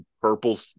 purple